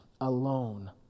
alone